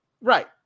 Right